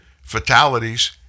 fatalities